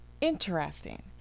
interesting